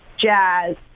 jazz